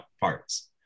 parts